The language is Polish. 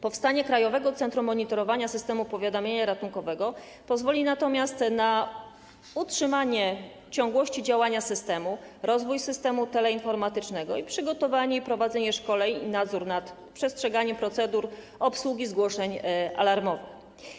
Powstanie Krajowego Centrum Monitorowania Systemu Powiadamiania Ratunkowego pozwoli natomiast na utrzymanie ciągłości działania systemu, rozwój systemu teleinformatycznego oraz przygotowanie i prowadzenie szkoleń, a także nadzór nad przestrzeganiem procedur obsługi zgłoszeń alarmowych.